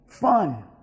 fun